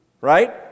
Right